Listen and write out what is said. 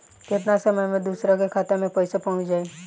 केतना समय मं दूसरे के खाता मे पईसा पहुंच जाई?